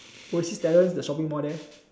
oasis terrace the shopping mall there